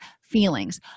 feelings